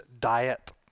diet